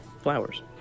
flowers